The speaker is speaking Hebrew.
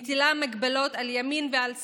מטילה הגבלות על ימין ועל שמאל,